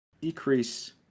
decrease